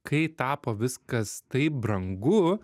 kai tapo viskas taip brangu